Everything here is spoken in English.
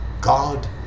God